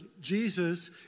Jesus